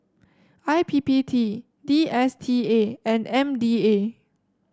I P P T D S T A and M D A